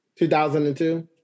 2002